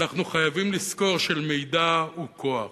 אנחנו חייבים לזכור שמידע הוא כוח,